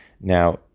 Now